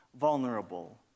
vulnerable